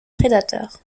prédateurs